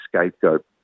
scapegoat